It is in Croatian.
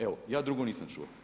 Evo, ja drugo nisam čuo.